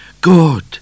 Good